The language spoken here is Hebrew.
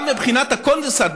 גם מבחינת הקונדנסט,